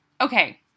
Okay